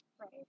Right